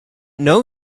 know